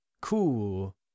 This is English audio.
cool